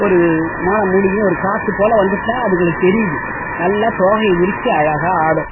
ஒரு வானம் மூடிக்கின்னு ஒரு காற்று போல் வந்துட்டுனா அதுகளுக்கு தெரியுது நல்லா தோகையை விரித்து அழகாக ஆடும்